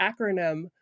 acronym